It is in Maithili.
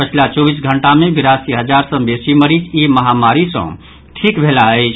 पछिला चौबीस घंटा मे बिरासी हजार सँ बेसी मरीज ई महामारी सँ ठीक भेलाह अछि